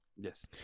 Yes